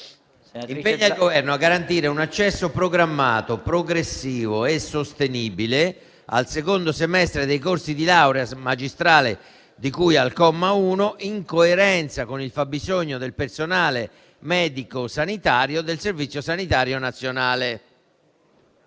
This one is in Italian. impegna il Governo a garantire un accesso programmato, progressivo e sostenibile al secondo semestre dei corsi di laurea magistrale di cui al comma 1, in coerenza con il fabbisogno del personale medico-sanitario del Servizio sanitario nazionale